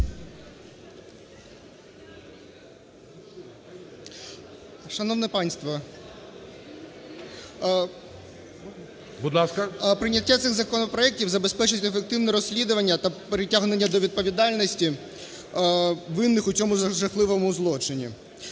Шановне панство! Прийняття цих законопроектів забезпечить ефективне розслідування та притягнення до відповідальності винних у цьому жахливому злочині.